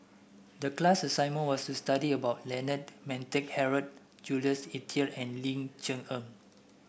the class assignment was to study about Leonard Montague Harrod Jules Itier and Ling Cher Eng